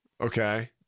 okay